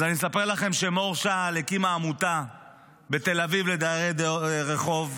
אז אני אספר לכם שמור שעל הקימה עמותה בתל אביב לדיירי רחוב.